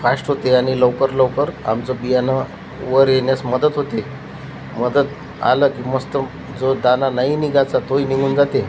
fast होते आणि लवकर लवकर आमचं बियाणं वर येण्यास मदत होते मदत आलं की मस्त जो दाणा नाही निघायचा तोही निघून जाते